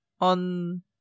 on